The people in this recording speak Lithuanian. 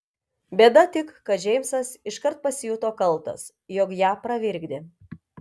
bėda tik kad džeimsas iškart pasijuto kaltas jog ją pravirkdė